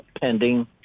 pending